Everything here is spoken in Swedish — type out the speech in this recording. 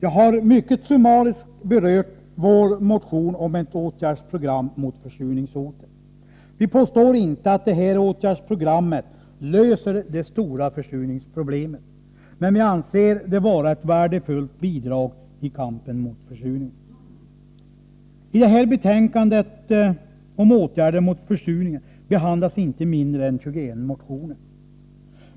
Jag har mycket summariskt berört vår motion om ett åtgärdsprogram mot försurningshotet. Vi påstår inte att det här åtgärdspro grammet löser det stora försurningsproblemet, men vi anser det vara ett värdefullt bidrag i kampen mot försurningen. I betänkandet om åtgärder mot försurningen behandlas inte mindre än 21 motioner.